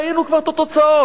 ראינו כבר את התוצאות.